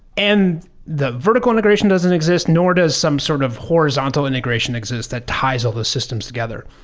and the vertical integration doesn't exist, nor does some sort of horizontal integration exist that ties all the systems together.